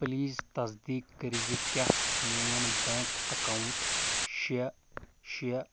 please تصدیٖق کٔرۍ زِ کیٛاہ میٛون بینٛک اَکاوُنٛٹ شےٚ شےٚ